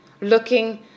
looking